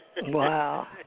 Wow